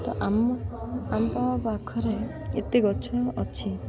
ତ ଆମ ଆମ ପାଖରେ ଏତେ ଗଛ ଅଛି